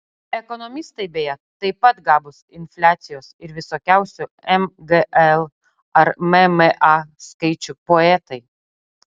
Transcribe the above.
ekonomistai beje taip pat gabūs infliacijos ir visokiausių mgl ar mma skaičių poetai